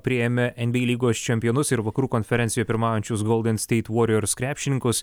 priėmė en by ei lygos čempionus ir vakarų konferencijoj pirmaujančius golden steit voriors krepšininkus